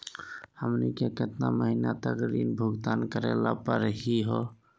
हमनी के केतना महीनों तक ऋण भुगतान करेला परही हो?